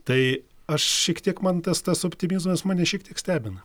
tai aš šiek tiek man tas tas optimizmas mane šiek tiek stebina